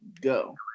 go